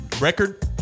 record